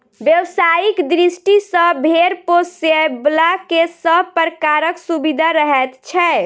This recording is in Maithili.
व्यवसायिक दृष्टि सॅ भेंड़ पोसयबला के सभ प्रकारक सुविधा रहैत छै